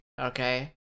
Okay